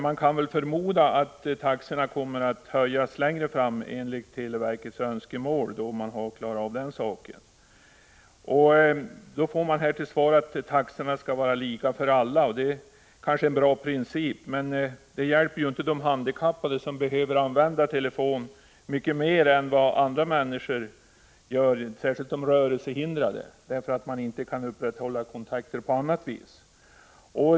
Man kan väl förmoda att taxorna kommer att höjas längre fram enligt televerkets önskemål, då dessa problem är avklarade. Man får till svar att taxorna skall vara lika för alla. Det är kanske en bra princip, men det hjälper inte de handikappade, som behöver använda telefonen mycket mer än vad andra människor gör. Det gäller särskilt de rörelsehindrade, därför att de inte kan upprätthålla kontakter på annat vis.